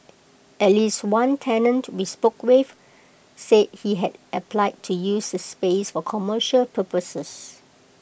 at least one tenant we spoke with said he had applied to use the space for commercial purposes